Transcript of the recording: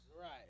Right